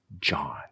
John